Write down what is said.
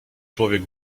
człowiek